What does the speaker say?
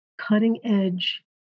cutting-edge